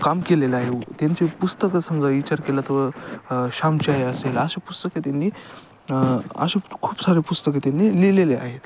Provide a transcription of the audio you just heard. काम केलेलं आहे त्यांचे पुस्तकं समजा विचार केला त श्यामची आई असेल अशा पुस्तके त्यांनी असे खूप सारे पुस्तके त्यांनी लिहिलेले आहेत